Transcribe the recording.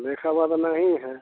लेखा बाद नहीं है